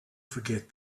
forget